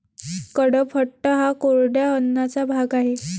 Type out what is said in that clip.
कडपह्नट हा कोरड्या अन्नाचा भाग आहे